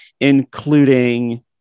including